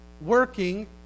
working